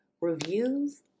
reviews